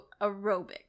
aerobic